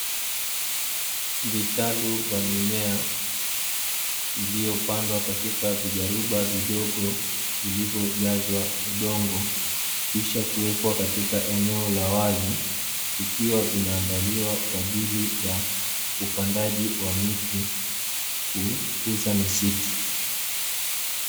Vitalu vya mimea iliyopandwa katika vijaruba vidogo vilivyojazwa udongo, kisha kuwekwa katika eneo la wazi, ikiwa vinaandaliwa kwa ajili ya upandaji wa miti, kukuza misitu.